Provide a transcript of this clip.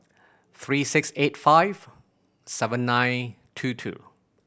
three six eight five seven nine two two